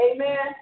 Amen